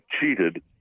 cheated